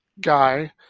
guy